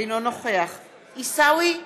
אינו נוכח עיסאווי פריג'